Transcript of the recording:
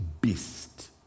beast